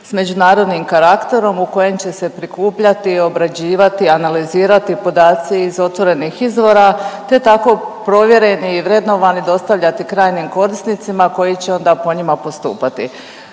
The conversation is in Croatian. s međunarodnim karakterom u kojem će se prikupljati, obrađivati, analizirati podaci iz otvorenih izvora te tako provjereni i vrednovani dostavljati krajnjim korisnicima koji će onda po njima postupati.